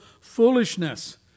foolishness